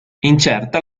incerta